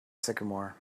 sycamore